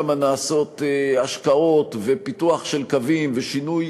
שם נעשות השקעות ופיתוח של קווים ושינוי